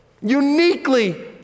uniquely